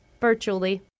virtually